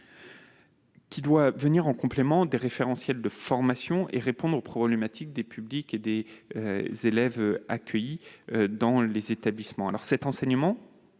qui doit venir en complément des référentiels de formation et répondre aux attentes des élèves accueillis dans les établissements. Cet enseignement